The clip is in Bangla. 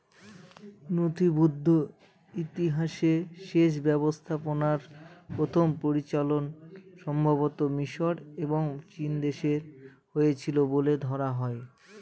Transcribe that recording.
নথিবদ্ধ ইতিহাসে সেচ ব্যবস্থাপনার প্রথম প্রচলন সম্ভবতঃ মিশর এবং চীনদেশে হয়েছিল বলে ধরা হয়